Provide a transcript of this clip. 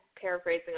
paraphrasing